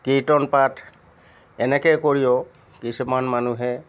কীৰ্তন পাঠ এনেকৈ কৰিও কিছুমান মানুহে